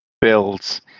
builds